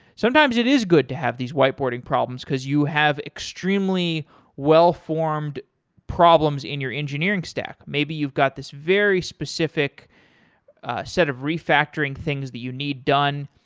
sometimes it is good to have these white-boarding problems because you have extremely well formed problems in your engineering staff. maybe you've got this very specific set of re-factoring things that you need done.